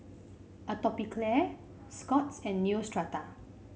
Atopiclair Scott's and Neostrata